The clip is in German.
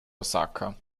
osaka